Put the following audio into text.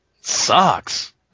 sucks